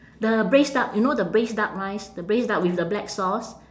the braised duck you know the braised duck rice the braised duck with the black sauce